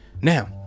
now